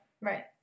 right